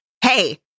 Hey